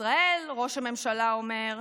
בישראל ראש הממשלה אומר: